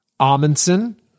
Amundsen